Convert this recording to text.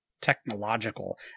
technological